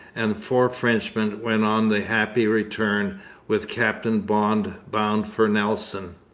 and the four frenchmen went on the happy return with captain bond bound for nelson.